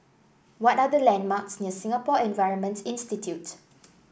what are the landmarks near Singapore Environment Institute